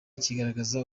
kigaragaza